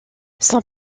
son